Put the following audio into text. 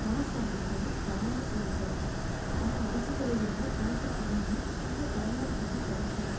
காசு அதிகம் தரமான கல்வி கிடைக்கும் ஆனால் அரசு பள்ளியில் வந்து காசு கம்மி ஆனால் தரமான கல்வி கிடைக்காது